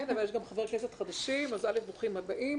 כן, אבל יש גם חברי כנסת חדשים, אז ברוכים הבאים.